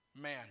man